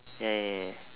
ya ya ya ya